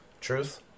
truth